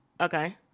Okay